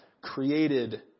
created